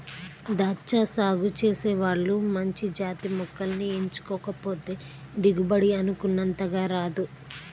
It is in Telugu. దాచ్చా సాగు చేసే వాళ్ళు మంచి జాతి మొక్కల్ని ఎంచుకోకపోతే దిగుబడి అనుకున్నంతగా రాదు